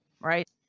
right